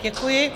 Děkuji.